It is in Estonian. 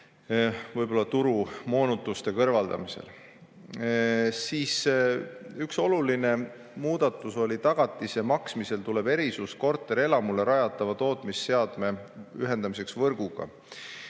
selliste turumoonutuste kõrvaldamisel. Üks oluline muudatus oli, et tagatise maksmisel tuleb erisus korterelamule rajatava tootmisseadme ühendamiseks võrguga.